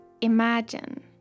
imagine